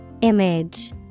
Image